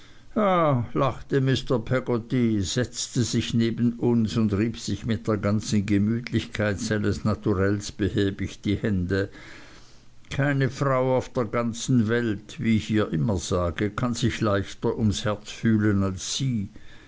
mr peggotty setzte sich neben uns und rieb sich mit der ganzen gemütlichkeit seines naturells behäbig die hände keine frau auf der ganzen welt wie ich ihr immer sage kann sich leichter ums herz fühlen als sie